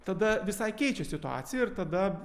tada visai keičia situaciją ir tada